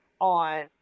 on